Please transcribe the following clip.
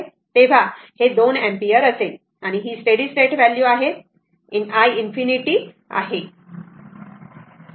तर हे 2 एंपियर असेल ही स्टेडी स्टेट व्हॅल्यू आहे हे i ∞ आहे बरोबर